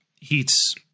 heats